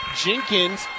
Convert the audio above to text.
Jenkins